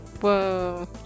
Whoa